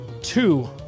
Two